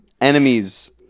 enemies